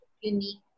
unique